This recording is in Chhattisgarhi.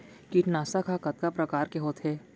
कीटनाशक ह कतका प्रकार के होथे?